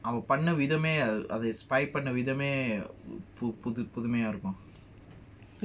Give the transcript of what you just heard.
அவபண்ணவிதமேஅவ:ava panna vidhame ava spy பண்ணவிதமேபுதுபுதுமையாஇருக்கும்:panna vidhame pudhumaya irukum